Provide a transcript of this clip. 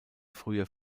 früher